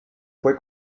fue